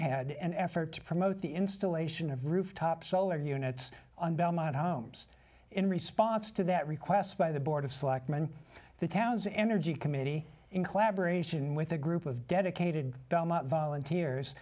spearhead an effort to promote the installation of rooftop solar units on belmont homes in response to that request by the board of selectmen the town's energy committee in collaboration with a group of dedicated volunteers